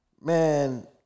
Man